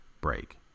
break